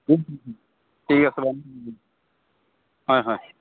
ঠিক আছে হয় হয়